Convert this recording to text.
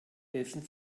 essen